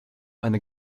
eine